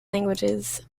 languages